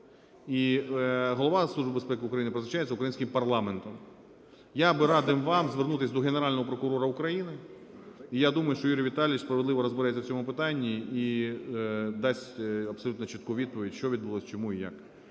України призначається українським парламентом. Я би радив вам звернутися до Генерального прокурора України, і я думаю, що Юрій Віталійович справедливо розбереться в цьому питанні і дасть абсолютно чітку відповідь, що відбулося, чому і як.